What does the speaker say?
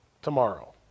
tomorrow